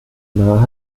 nahe